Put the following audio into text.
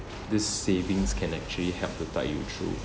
these savings can actually help to tide you through